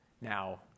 now